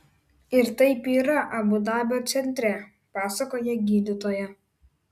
ir taip yra abu dabio centre pasakoja gydytoja